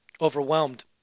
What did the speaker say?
overwhelmed